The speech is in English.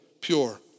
pure